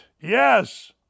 Yes